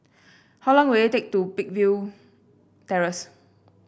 how long will it take to Peakville Terrace